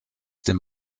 dem